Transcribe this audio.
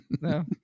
No